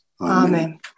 Amen